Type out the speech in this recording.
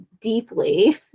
deeply